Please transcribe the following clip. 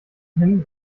hin